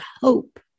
hope